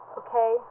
okay